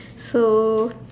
so